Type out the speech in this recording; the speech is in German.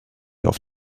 auf